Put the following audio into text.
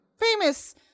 famous